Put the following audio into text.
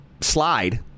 slide